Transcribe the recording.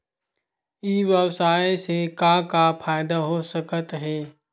ई व्यवसाय से का का फ़ायदा हो सकत हे?